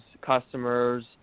customers